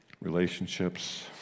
Relationships